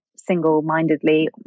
single-mindedly